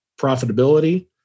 profitability